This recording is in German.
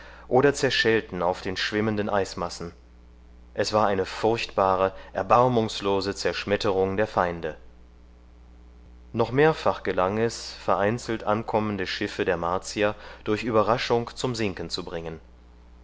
oder zerschellten auf den schwimmenden eismassen es war eine furchtbare erbarmungslose zerschmetterung der feinde noch mehrfach gelang es vereinzelt ankommende schiffe der martier durch überraschung zum sinken zu bringen